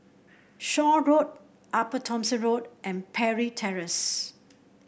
Shaw Road Upper Thomson Road and Parry Terrace